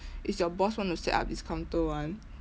it's your boss wanna set up this counter [one]